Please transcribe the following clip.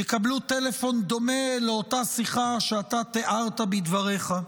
יקבלו טלפון דומה לאותה שיחה שאתה תיארת בדבריך.